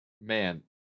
man